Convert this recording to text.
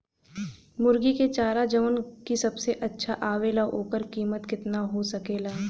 मुर्गी के चारा जवन की सबसे अच्छा आवेला ओकर कीमत केतना हो सकेला?